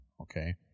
okay